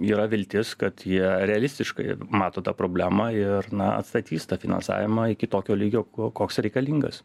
yra viltis kad jie realistiškai mato tą problemą ir na atstatys tą finansavimą iki tokio lygio koks reikalingas